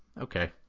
Okay